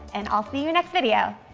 and i'll see you next video.